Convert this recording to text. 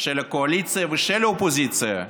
של הקואליציה ושל האופוזיציה,